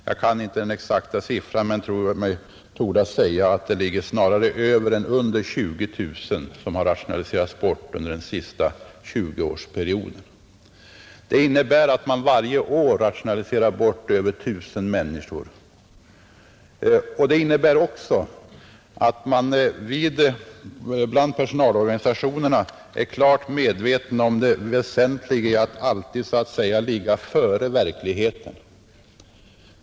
Jag kan inte ange den exakta siffran men tror mig kunna säga att det snarare är över än under 20 000 personer som har rationaliserats bort under den sista 20-årsperioden. Det innebär att man varje år rationaliserar bort över 1 000 människor. Det innebär också att man bland personalorganisationerna är klart medveten om det väsentliga i att alltid ”ligga före verkligheten”.